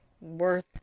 worth